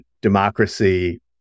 democracy